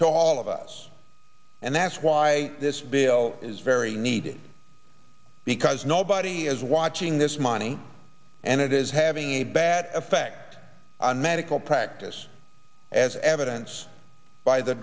to all of us and that's why this bill is very needed because nobody is watching this money and it is having a bad effect on medical practice as evidence by the